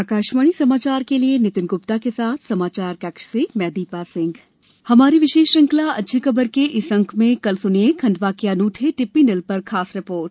आकाशवाणी समाचार के लिए नितिन ग्प्ता के साथ समाचार कक्ष से मैं दीपा सिंह अच्छी खबर हमारी विशेष श्रंखला अच्छी खबर के इस अंक में कल स्निए खंडवा के अन्ठे टिप्पी नल पर खास रिपोर्ट